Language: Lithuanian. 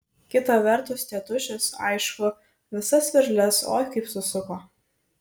kita vertus tėtušis aišku visas veržles oi kaip susuko